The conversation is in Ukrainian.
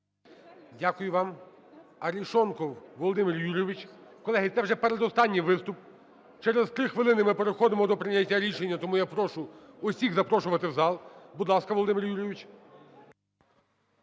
Дякую вам. АрешонковВолодимир Юрійович. Колеги, це вже передостанній виступ. Через 3 хвилини ми переходимо до прийняття рішення, тому я прошу всіх запрошувати в зал. Будь ласка, Володимир Юрійович.